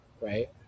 right